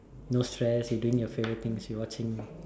no stress you doing your favourite things you watching